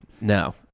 No